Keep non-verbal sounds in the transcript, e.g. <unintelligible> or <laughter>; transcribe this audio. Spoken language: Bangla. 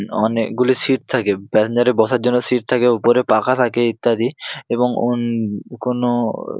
অনেকগুলি সিট থাকে প্যাসেঞ্জারের বসার জন্য সিট থাকে উপরে পাখা থাকে ইত্যাদি এবং <unintelligible> কোনো